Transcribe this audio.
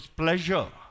pleasure